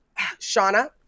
Shauna